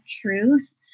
truth